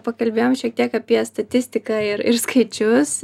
pakalbėjom šiek tiek apie statistiką ir ir skaičius